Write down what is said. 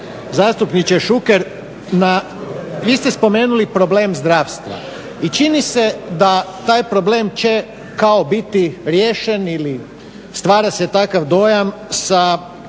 zastupniče Šuker, vi ste spomenuli problem zdravstva i čini se da taj problem će kao biti riješen ili stvara se takav dojam sa